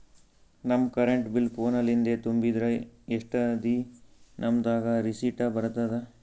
ನಮ್ current bill phone ಲಿಂದೇ ತುಂಬಿದ್ರ, ಎಷ್ಟ ದಿ ನಮ್ ದಾಗ ರಿಸಿಟ ಬರತದ?